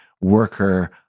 worker